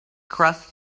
crossed